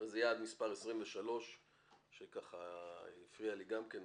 וזה יהיה על מס' 23 שהפריע לי גם כן,